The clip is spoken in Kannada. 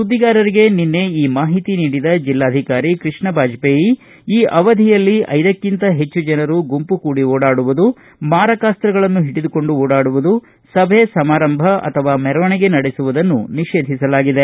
ಸುದ್ದಿಗಾರರಿಗೆ ನಿನ್ನೆ ಈ ಮಾಹಿತಿ ನೀಡಿದ ಬೆಲ್ಲಾಧಿಕಾರಿ ಕೃಷ್ಣ ಬಾಜಪೇಯಿ ಈ ಅವಧಿಯಲ್ಲಿ ಐದಕ್ಕಿಂತ ಹೆಚ್ಚು ಜನರು ಗುಂಪು ಕೂಡಿ ಓಡಾಡುವುದು ಮಾರಕಾಸ್ತಗಳನ್ನು ಹಿಡಿದುಕೊಂಡು ಓಡಾಡುವುದು ಸಭೆ ಸಮಾರಂಭ ಅಥವಾ ಮೆರವಣಿಗೆ ನಡೆಸುವುದನ್ನು ನಿಷೇಧಿಸಲಾಗಿದೆ